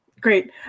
Great